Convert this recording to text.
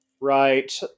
Right